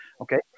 Okay